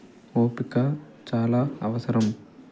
ఓపిక చాలా అవసరం